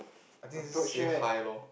I think say hi loh